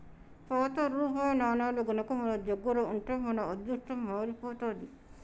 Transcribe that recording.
పాత రూపాయి నాణేలు గనక మన దగ్గర ఉంటే మన అదృష్టం మారిపోతాది